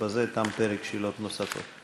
בזה תם פרק השאלות הנוספות.